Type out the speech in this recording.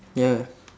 ya